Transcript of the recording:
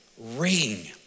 ring